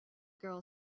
girl